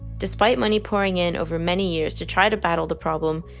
despite money pouring in over many years to try to battle the problem,